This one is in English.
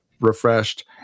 refreshed